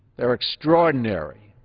they are extraordinary.